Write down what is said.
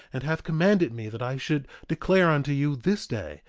and hath commanded me that i should declare unto you this day,